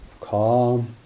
calm